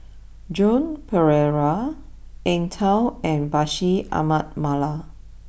Joan Pereira Eng tow and Bashir Ahmad Mallal